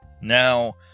now